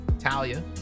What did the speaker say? Talia